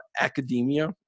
academia